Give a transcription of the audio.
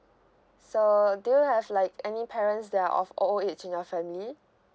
so do you have like any parents that are of o~ old age in your family